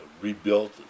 rebuilt